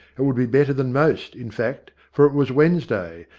it would be better than most, in fact, for it was wednesday,